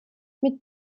mit